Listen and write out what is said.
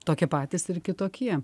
tokie patys ir kitokie